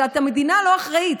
המדינה לא אחראית,